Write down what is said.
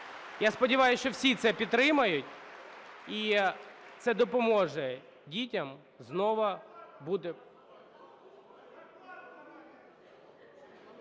Я сподіваюсь, що всі це підтримають і це допоможе дітям знову бути…